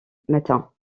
matin